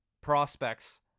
prospects